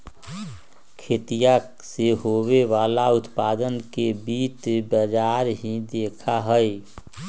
खेतीया से होवे वाला उत्पादन के भी वित्त बाजार ही देखा हई